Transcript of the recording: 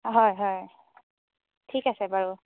হয় হয় ঠিক আছে বাৰু